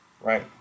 right